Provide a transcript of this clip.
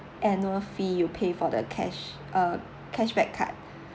annual fee you pay for the cash uh cashback card